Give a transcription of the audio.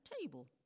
table